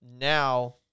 now